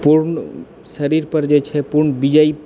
पूर्ण शरीर पर जे छै पूर्ण विजय